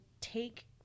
take